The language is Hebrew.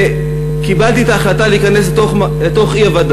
וקיבלתי את ההחלטה להיכנס לתוך האי-ודאות,